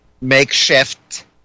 makeshift